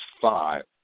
five